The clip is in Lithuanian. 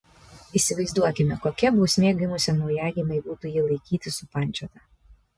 įsivaizduokime kokia bausmė gimusiam naujagimiui būtų jį laikyti supančiotą